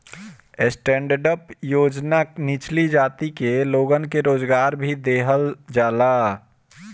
stand up योजना निचली जाति के लोगन के रोजगार भी देहल जाला